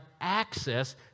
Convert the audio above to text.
access